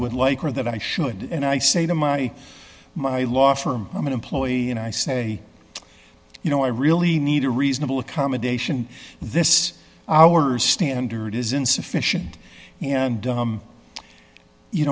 would like or that i should and i say to my my law firm i'm an employee and i say you know i really need a reasonable accommodation this hour's standard is insufficient and